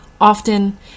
often